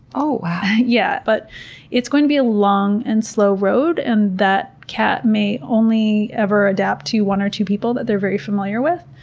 yeah but it's going to be a long and slow road, and that cat may only ever adapt to one or two people that they're very familiar with.